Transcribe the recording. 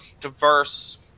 diverse